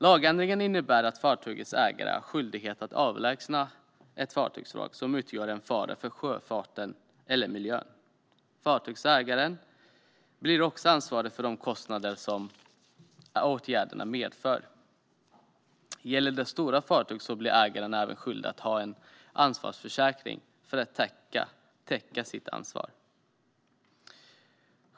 Lagändringen innebär att fartygets ägare har skyldighet att avlägsna ett fartygsvrak som utgör en fara för sjöfarten eller miljön. Fartygsägaren blir också ansvarig för de kostnader som åtgärderna medför. Om det gäller stora fartyg blir ägaren även skyldig att ha en ansvarsförsäkring för att täcka sitt ansvar.